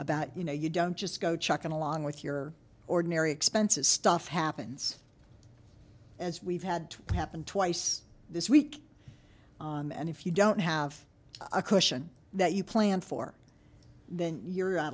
about you know you don't just go check in along with your ordinary expenses stuff happens as we've had to happen twice this week on and if you don't have a question that you plan for then you're out